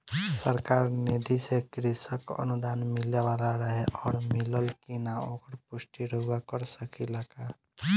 सरकार निधि से कृषक अनुदान मिले वाला रहे और मिलल कि ना ओकर पुष्टि रउवा कर सकी ला का?